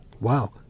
Wow